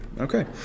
Okay